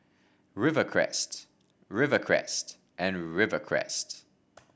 Rivercrest Rivercrest and Rivercrest